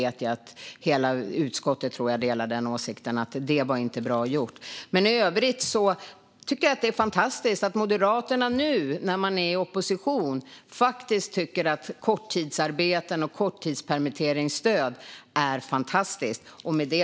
Jag tror att hela utskottet delar åsikten att det inte var bra gjort. I övrigt tycker jag att det är väldigt bra att Moderaterna nu, när man är i opposition, tycker att korttidsarbete och korttidspermitteringsstöd är fantastiskt.